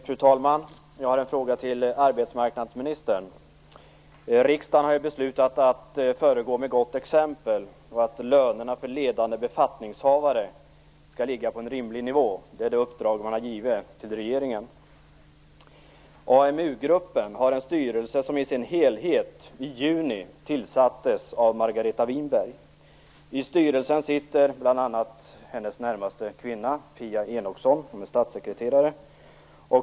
Fru talman! Jag har en fråga till arbetsmarknadsministern. Riksdagen har beslutat att föregå med gott exempel och att lönerna för ledande befattningshavare skall ligga på en rimlig nivå. Det är det uppdrag man har givit till regeringen. AMU-gruppen har en styrelse som i sin helhet i juni tillsattes av Margareta Winberg. I styrelsen sitter bl.a. hennes närmaste kvinna, Pia Enochsson. Hon är statssekreterare.